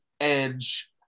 edge